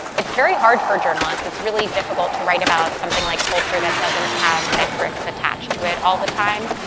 it's very hard for journalists. it's really difficult to write about something like culture that doesn't have metrics attached to it all the time.